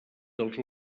dels